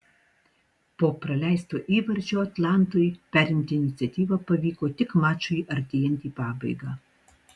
po praleisto įvarčio atlantui perimti iniciatyvą pavyko tik mačui artėjant į pabaigą